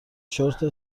چرت